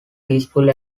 peaceful